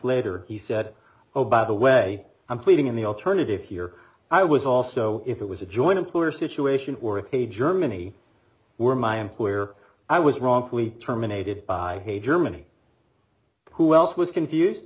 later he said oh by the way i'm pleading in the alternative here i was also if it was a joint employer situation or a germany were my employer i was wrongfully terminated by a german who else was confused